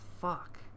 fuck